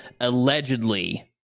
Allegedly